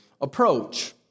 approach